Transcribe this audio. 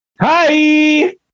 Hi